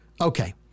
Okay